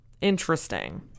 Interesting